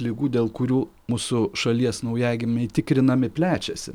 ligų dėl kurių mūsų šalies naujagimiai tikrinami plečiasi